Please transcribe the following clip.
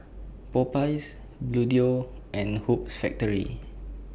Popeyes Bluedio and Hoops Factory